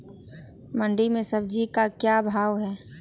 मंडी में सब्जी का क्या भाव हैँ?